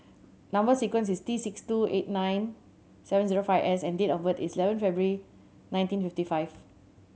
number sequence is T six two eight nine seven zero five S and date of birth is eleven February nineteen fifty five